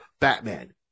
Batman